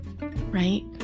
right